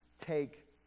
take